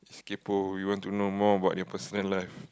kaypoh you want to know more about the person life